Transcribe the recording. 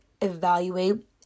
evaluate